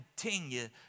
continue